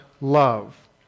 love